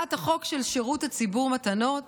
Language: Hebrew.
הצעת החוק של שירות הציבור (מתנות),